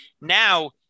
now